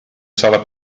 sala